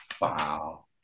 Wow